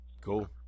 Cool